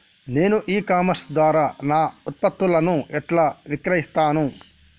నేను e commerce ద్వారా నా ఉత్పత్తులను ఎట్లా విక్రయిత్తను?